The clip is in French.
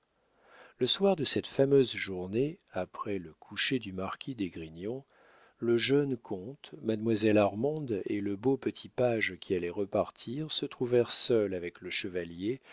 le soir de cette fameuse journée après le coucher du marquis d'esgrignon le jeune comte mademoiselle armande et le beau petit page qui allait repartir se trouvèrent seuls avec le chevalier